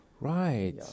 Right